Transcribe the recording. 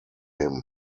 him